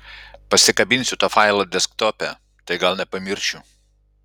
pasikabinsiu tą failą desktope tai gal nepamiršiu